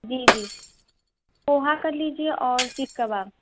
جی جی دو ہاف کر لیجیے اور سیخ کباب